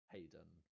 Hayden